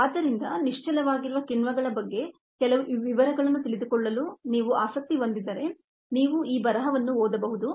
ಆದ್ದರಿಂದ ನಿಶ್ಚಲವಾಗಿರುವ ಕಿಣ್ವಗಳ ಬಗ್ಗೆ ಕೆಲವು ವಿವರಗಳನ್ನು ತಿಳಿದುಕೊಳ್ಳಲು ನೀವು ಆಸಕ್ತಿ ಹೊಂದಿದ್ದರೆ ನೀವು ಆ ಬರಹವನ್ನು ಓದಬಹುದು